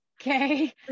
Okay